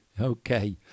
Okay